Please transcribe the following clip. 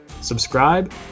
subscribe